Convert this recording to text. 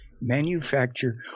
manufacture